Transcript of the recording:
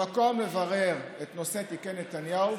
המקום לברר את נושא תיקי נתניהו,